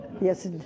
Yes